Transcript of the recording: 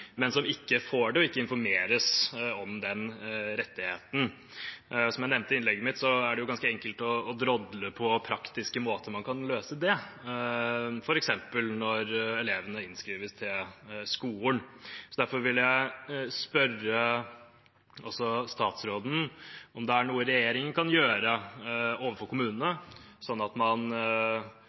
men som ikke får det og ikke informeres om den rettigheten. Som jeg nevnte i innlegget mitt, er det ganske enkelt å drodle om praktiske måter man kan løse det på, f.eks. når elevene innskrives i skolen. Derfor vil jeg spørre statsråden om det er noe regjeringen kan gjøre overfor kommunene, sånn at man